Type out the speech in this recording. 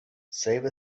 save